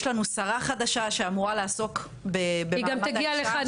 יש לנו שרה חדשה שאמורה לעסוק ב- -- היא גם תגיעה לכאן